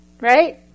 right